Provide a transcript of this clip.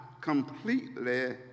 completely